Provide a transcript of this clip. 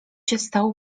stał